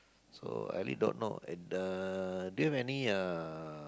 so I really don't know and uh do you have any uh